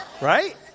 Right